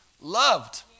loved